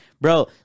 bro